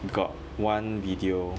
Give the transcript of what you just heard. got one video